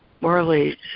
morally